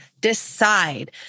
decide